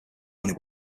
only